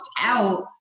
out